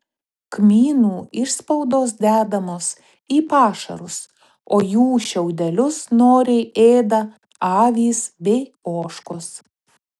kmynų išspaudos dedamos į pašarus o jų šiaudelius noriai ėda avys bei ožkos